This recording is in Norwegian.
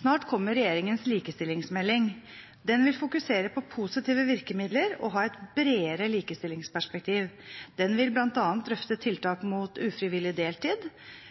Snart kommer regjeringens likestillingsmelding. Den vil fokusere på positive virkemidler og ha et bredere likestillingsperspektiv. Den vil bl.a. drøfte tiltak mot ufrivillig deltid,